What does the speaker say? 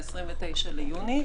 ב-29 ביוני,